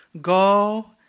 go